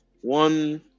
one